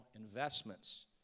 investments